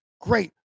Great